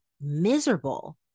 miserable